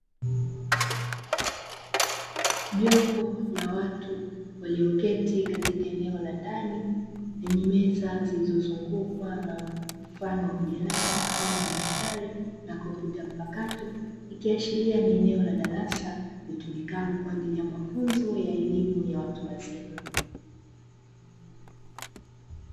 Jopo la watu walioketi katika eneo la ndani, lenye meza zilizozungukwa na mfano wa majalada au madaftari na kompyuta mpakato, ikiashiria ni eneo la darasa litumikalo kwa ajili ya mafunzo ya elimu ya watu wazima.